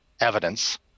evidence